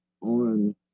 on